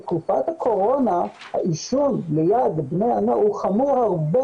בתקופת הקורונה העישון ליד בנו הוא חמור הרבה